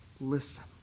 listen